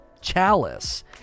chalice